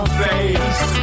face